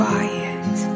Quiet